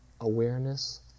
awareness